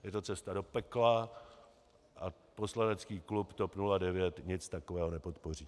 Je to cesta do pekla a poslanecký klub TOP 09 nic takového nepodpoří.